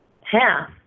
half